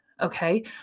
Okay